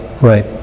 right